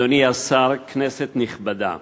אדוני השר, כנסת נכבדה,